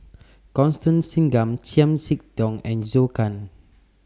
Constance Singam Chiam See Tong and Zhou Can